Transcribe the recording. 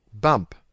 bump